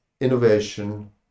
innovation